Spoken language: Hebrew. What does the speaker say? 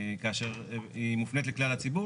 כאשר היא מופנית לכלל הציבור,